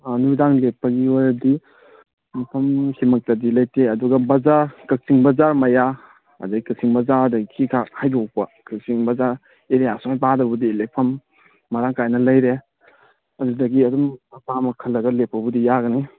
ꯅꯨꯃꯤꯗꯥꯡ ꯂꯦꯛꯄꯒꯤ ꯑꯣꯏꯔꯗꯤ ꯃꯐꯝꯁꯤꯃꯛꯇꯗꯤ ꯂꯩꯇꯦ ꯑꯗꯨꯒ ꯕꯖꯥꯔ ꯀꯛꯆꯤꯡ ꯕꯖꯥꯔ ꯃꯌꯥ ꯑꯗꯩ ꯀꯛꯆꯤꯡ ꯕꯖꯥꯔꯗꯒꯤ ꯈꯤꯖꯤꯛꯈꯛ ꯍꯥꯏꯗꯣꯛꯄ ꯀꯛꯆꯤꯡ ꯕꯖꯥꯔ ꯑꯦꯔꯤꯌꯥ ꯁ꯭ꯋꯥꯏ ꯃꯄꯥꯗꯕꯨꯗꯤ ꯂꯦꯛꯐꯝ ꯃꯔꯥꯡ ꯀꯥꯏꯅ ꯂꯩꯔꯦ ꯑꯗꯨꯗꯒꯤ ꯑꯗꯨꯝ ꯑꯄꯥꯝꯕ ꯈꯜꯂꯒ ꯂꯦꯛꯄꯕꯨꯗꯤ ꯌꯥꯒꯅꯤ